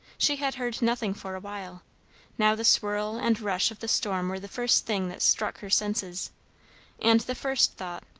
she had heard nothing for a while now the swirl and rush of the storm were the first thing that struck her senses and the first thought,